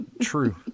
True